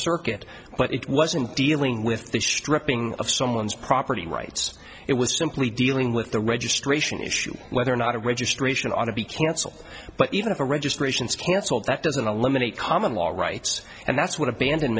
circuit but it wasn't dealing with the stripping of someone's property rights it was simply dealing with the registration issue whether or not a registration ought to be cancelled but even if a registration is cancelled that doesn't eliminate common law rights and that's what aband